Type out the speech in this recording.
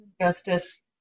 justice